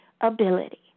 ability